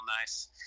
nice